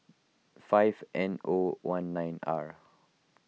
five N O one nine R